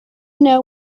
know